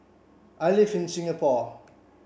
I live in Singapore